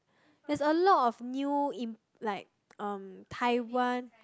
there's a lot of new imp~ like um Taiwan